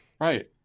Right